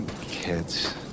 kids